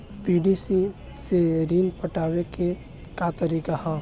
PDC से ऋण पटावे के का तरीका ह?